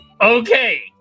Okay